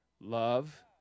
Love